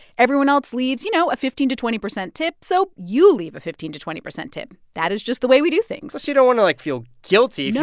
everyone else leaves, you know, a fifteen to twenty percent tip, so you leave a fifteen to twenty percent tip. that is just the way we do things plus, but you don't want to, like, feel guilty. yeah